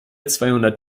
zweihundert